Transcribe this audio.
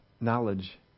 knowledge